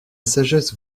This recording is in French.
sagesse